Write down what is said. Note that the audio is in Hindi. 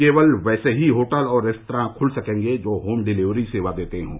केवल वैसे ही होटल और रेस्त्रां खुल सकेंगे जो होम डिलिवरी सेवा देते हों